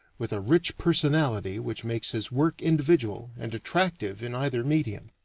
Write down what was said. with a rich personality which makes his work individual and attractive in either medium.